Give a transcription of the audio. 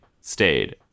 stayed